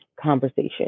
conversation